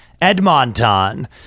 Edmonton